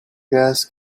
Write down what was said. gas